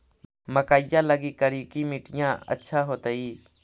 मकईया लगी करिकी मिट्टियां अच्छा होतई